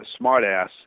smartass